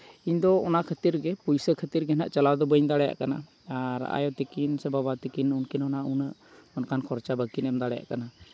ᱤᱧ ᱫᱚ ᱚᱱᱟ ᱠᱷᱟᱹᱛᱤᱨ ᱜᱮ ᱯᱚᱭᱥᱟ ᱠᱷᱟᱹᱛᱤᱨ ᱜᱮ ᱱᱟᱦᱟᱜ ᱪᱟᱞᱟᱣ ᱫᱚ ᱵᱟᱹᱧ ᱫᱟᱲᱮᱭᱟᱜ ᱠᱟᱱᱟ ᱟᱨ ᱟᱭᱚ ᱛᱟᱠᱤᱱ ᱥᱮ ᱵᱟᱵᱟ ᱛᱟᱠᱤᱱ ᱩᱱᱠᱤᱱ ᱦᱚᱸ ᱱᱟᱦᱟᱜ ᱩᱱᱟᱹᱜ ᱚᱱᱠᱟᱱ ᱠᱷᱚᱨᱪᱟ ᱵᱟᱹᱠᱤᱱ ᱮᱢ ᱫᱟᱲᱮᱭᱟᱜ ᱠᱟᱱᱟ